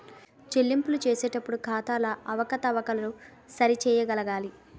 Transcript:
చెల్లింపులు చేసేటప్పుడు ఖాతాల అవకతవకలను సరి చేయగలగాలి